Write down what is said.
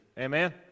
Amen